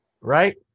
Right